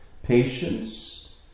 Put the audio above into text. patience